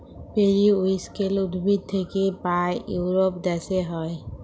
periwinkle উদ্ভিদ থাক্যে পায় ইউরোপ দ্যাশে হ্যয়